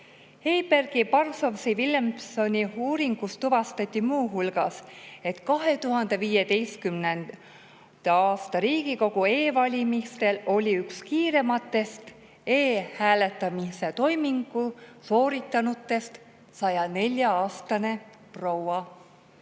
Heibergi, Paršovsi ja Villemsoni uuringus tuvastati muu hulgas, et 2015. aasta Riigikogu e‑valimistel oli üks kiirematest e‑hääletamise toimingu sooritanutest 104‑aastane proua.